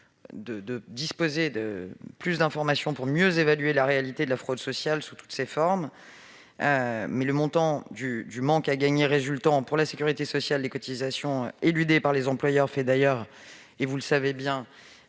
de disposer de plus d'informations pour mieux évaluer la réalité de la fraude sociale sous toutes ses formes. Le montant du manque à gagner résultant pour la sécurité sociale des cotisations éludées par les employeurs fait d'ailleurs, vous le savez,